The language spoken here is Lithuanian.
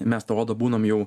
mes tą odą būnam jau